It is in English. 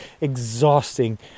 exhausting